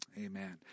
Amen